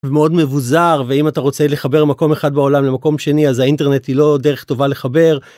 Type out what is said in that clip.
מאוד מבוזר ואם אתה רוצה לחבר מקום אחד בעולם למקום שני אז האינטרנט היא לא דרך טובה לחבר.